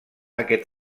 aquest